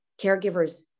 caregivers